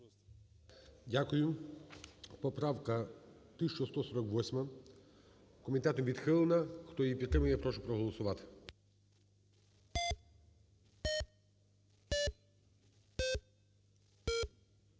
Дякую. Поправка 1148 комітетом відхилена. Хто її підтримує, я прошу проголосувати.